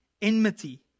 Enmity